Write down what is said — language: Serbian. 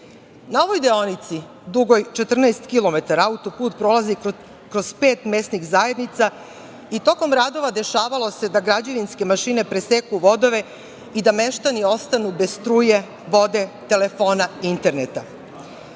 ovoj deonici dugoj 14 kilometara autoput prolazi kroz pet mesnih zajednica i tokom radova dešavalo se da građevinske mašine preseku vodove i da meštani ostanu bez struje, vode, telefona i interneta.